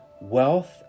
wealth